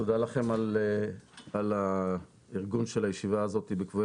תודה לכם על הארגון של הישיבה הזאת בפרקי